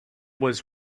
was